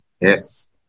Yes